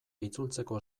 itzultzeko